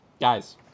Guys